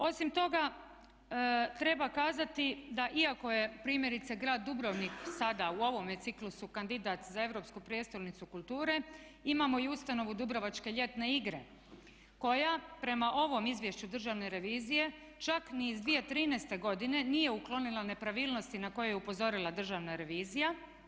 Osim toga treba kazati da ikako je primjerice Grad Dubrovnik sada u ovome ciklusu kandidat za europsku prijestolnicu kulture, imamo i ustanovu Dubrovačke ljetne igre koja prema ovom izvješću državne revizije čak ni iz 2013 godine nije uklonila nepravilnosti na koje je upozorila državna revizija.